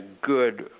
good